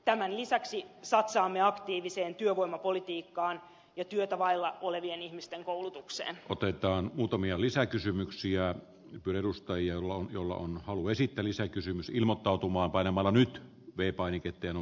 tämän lisäksi satsaamme aktiiviseen työvoimapolitiikkaan ja työtä vailla olevien ihmisten koulutukseen otetaan muutamia lisäkysymyksiä ja perustajalla jolla on halu esitä lisäkysymys ilmottautumaan panemalla nyt vei painiketien